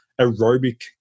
aerobic